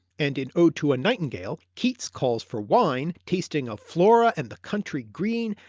and in ode to a nightingale keats calls for wine tasting of flora and the country green,